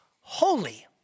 holy